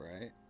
right